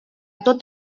tot